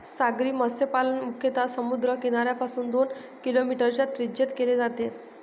सागरी मत्स्यपालन मुख्यतः समुद्र किनाऱ्यापासून दोन किलोमीटरच्या त्रिज्येत केले जाते